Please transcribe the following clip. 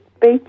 beach